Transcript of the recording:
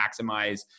maximize